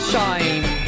Shine